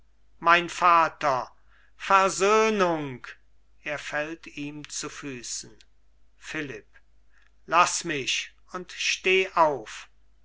mein vater versöhnung er fällt ihm zu füßen philipp laß mich und steh auf